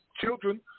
children